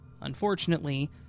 unfortunately